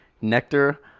Nectar